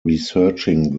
researching